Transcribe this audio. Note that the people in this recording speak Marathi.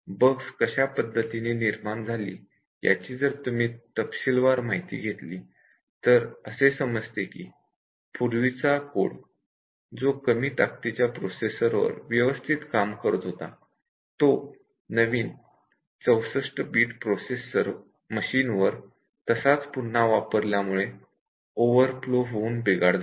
बग् कशा पद्धतीने निर्माण झाली याची जर तुम्ही तपशीलवार माहिती घेतली तर असे समजते की पूर्वीचा कोड जो कमी ताकतीच्या प्रोसेसर वर व्यवस्थित काम करत होता तो नवीन 64 बिट प्रोसेसर मशीन वर तसाच पुन्हा वापरल्यामुळे ओव्हरफ्लो होऊन बिघाड झाला